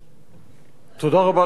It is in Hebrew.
אדוני היושב-ראש,